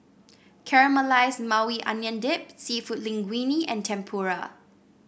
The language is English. Caramelized Maui Onion Dip seafood Linguine and Tempura